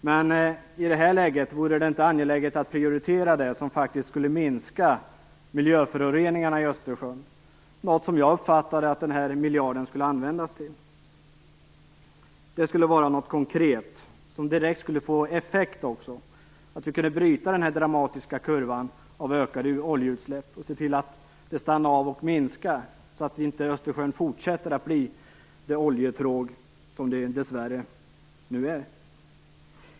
Men vore det inte angeläget att i det här läget prioritera det som faktiskt skull minska miljöföroreningarna i Östersjön? Det uppfattade jag att den här miljarden skulle användas till. Det skulle vara något konkret, något som direkt skulle få effekt så att vi kunde bryta den dramatiska kurvan av ökade oljeutsläpp och se till att det här stannar av och minskar, så att inte Östersjön fortsätter att vara det oljetråg det nu dessvärre är.